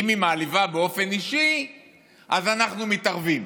אם היא מעליבה באופן אישי אז אנחנו מתערבים,